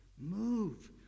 Move